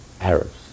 Arabs